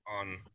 on